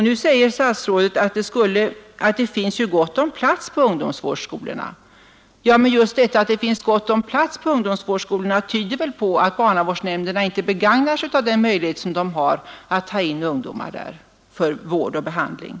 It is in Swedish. Nu säger statsrådet att det finns gott om plats på ungdomsvårdsskolorna, men just detta att det finns gott om plats tyder väl på att barnavårdsnämnderna inte begagnar den möjlighet som de har att ta in ungdomar på ungdomsvårdsskolorna för vård och behandling.